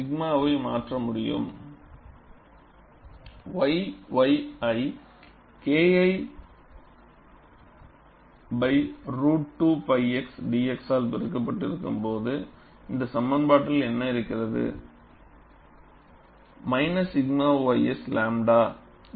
நான் 𝛔வை மாற்ற முடியும் yy ஐ Kl ரூட் 2 π x dx ஆல் பெருக்கப்பட்டு இருக்கும்போது இந்த சமன்பாட்டில் என்ன இருக்கிறது மைனஸ் 𝛔 ys 𝝺